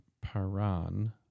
Paran